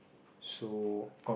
so